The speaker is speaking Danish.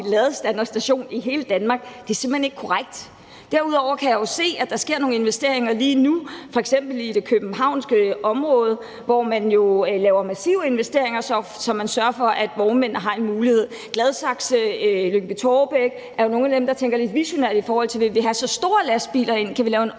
ladestanderstation i hele Danmark, men det er simpelt hen ikke korrekt. Derudover kan jeg jo se, at der sker nogle investeringer lige nu, f.eks. i det københavnske område, hvor man laver massive investeringer, så man sørger for, at vognmændene har en mulighed. Gladsaxe og Lyngby-Taarbæk er jo nogle af de steder, hvor man tænker lidt visionært, i forhold til om man vil have så store lastbiler ind, eller